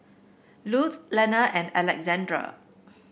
Lute Lenna and Alessandra